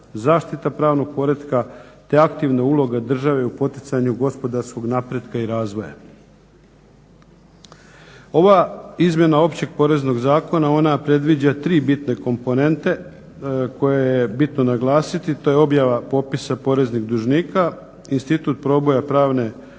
zaštita pravnog poretka, te aktivna uloga države u poticanju gospodarskog napretka i razvoja. Ova izmjena Općeg poreznog zakona, ona predviđa tri bitne komponente koje je bitno naglasiti, to je objava popisa poreznih dužnika, institut proboja pravne osobnosti